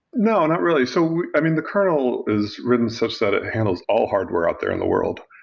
no, not really. so i mean the kernel is written such that it handles all hardware out there in the world.